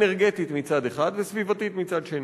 אנרגטית מצד אחד וסביבתית מצד שני.